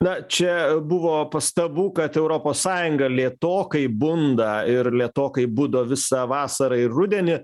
na čia buvo pastabų kad europos sąjunga lėtokai bunda ir lėtokai budo visą vasarą ir rudenį